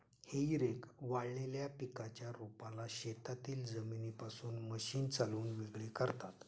हेई रेक वाळलेल्या पिकाच्या रोपाला शेतातील जमिनीपासून मशीन चालवून वेगळे करतात